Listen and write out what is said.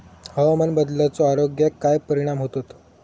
हवामान बदलाचो आरोग्याक काय परिणाम होतत?